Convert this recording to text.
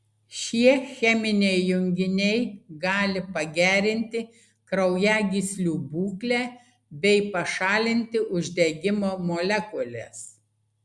šie cheminiai junginiai gali pagerinti kraujagyslių būklę bei pašalinti uždegimo molekules